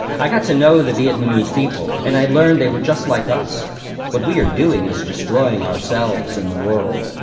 i got to know the vietnamese people and i learned they were just like us what we are doing is destroying ourselves and the world.